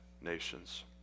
nations